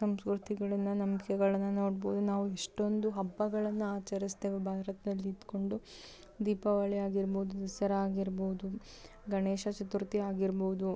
ಸಂಸ್ಕೃತಿಗಳನ್ನು ನಂಬಿಕೆಗಳನ್ನ ನೋಡ್ಬೋದು ನಾವು ಎಷ್ಟೊಂದು ಹಬ್ಬಗಳನ್ನು ಆಚರ್ಸ್ತೇವೆ ಭಾರತದಲ್ಲಿ ಇದ್ದುಕೊಂಡು ದೀಪಾವಳಿ ಆಗಿರ್ಬೋದು ದಸರಾ ಆಗಿರ್ಬೋದು ಗಣೇಶ ಚತುರ್ಥಿ ಆಗಿರ್ಬೋದು